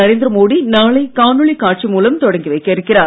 நரேந்திர மோடி நாளை காணொலி காட்சி மூலம் தொடங்கி வைக்க இருக்கிறார்